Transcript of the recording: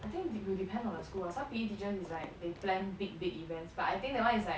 I think t~ it will depend on the school ah some P_E teacher is like they plan big big events but I think that one is like